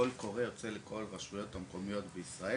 ׳קול קורא׳ יוצא לכל הרשויות המקומיות בישראל